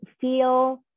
feel